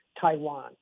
Taiwan